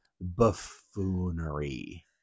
buffoonery